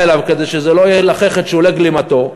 אליו כדי שזה לא ילחך את שולי גלימתו,